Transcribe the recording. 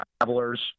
Travelers